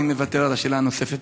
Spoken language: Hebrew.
הפעם אני מוותר על השאלה הנוספת.